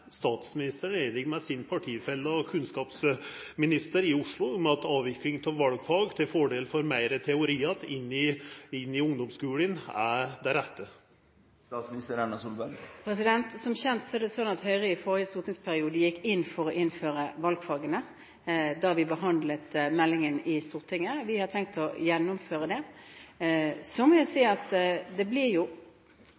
statsministeren einig med sin partifelle og kunnskapsminister i Oslo om at avvikling av valfag til fordel for meir teori inn i ungdomsskulen er det rette? Som kjent er det slik at Høyre i forrige stortingsperiode gikk inn for å innføre valgfagene da vi behandlet meldingen i Stortinget. Vi har tenkt å gjennomføre det. Så må jeg si